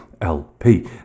lp